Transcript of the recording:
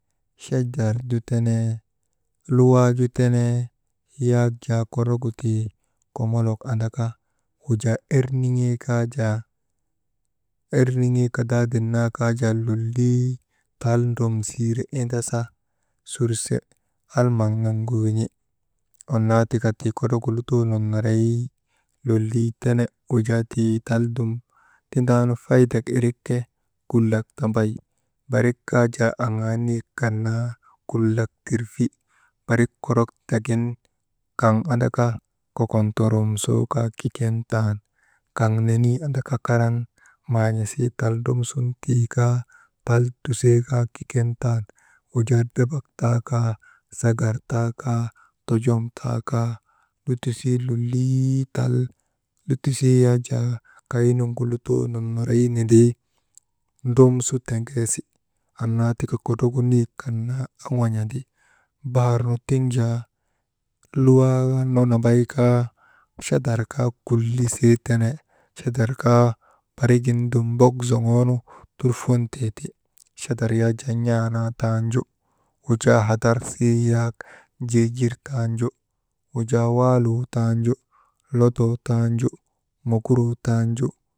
Chadar ju tenee, luwaa ju tenee, yak jaa kodrogu tii komolok andaka wujaa«hesitation» erniŋee kadaaden naa kaa jaa lollii taldromsiire indasa surse almaŋ nugu win̰i. Annaa tika tii kodrogu lutoo nonnoroy lollii tene, wujaaa tii tal dum tindaanu faydek irik ke kulak tambay. Barik kaa jaa aŋaa niyek kan naa kulak tirfi, barik kodrok tagin kaŋ andaka kokon tondromsoo kaa jaa kiken tan, kaŋ nenii andaka maan̰isii tal ndrosun tii kaa tal tusee kaa kiken tan, wujaa drabak taa kaa sagar taa kaa, tojom taa kaa lutosii lollii tal, lutosii yak jaa kay nugu lutoo nonnoroy nindrii ndrimsu tinŋesi. Annaa tika kodrogu niyek kan naa oŋin̰andi. Bahar nu tiŋ jaa luwaanu nambay kaa, chadar kaa kullisir tene, chadar kaa barigin dum mbok zoŋoonu turfontee ti. Chadar yak jaa n̰aa naa taanju, wujaa hadar sii yaak jirjir tanju, wujaa, waaluu taanju, lodoo taaanju, mokuroo taanju.